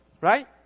right